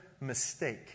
mistake